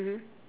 mmhmm